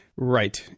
Right